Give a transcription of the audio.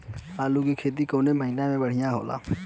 आलू क खेती कवने महीना में बढ़ियां होला?